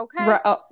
Okay